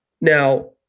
Now